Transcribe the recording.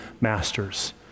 masters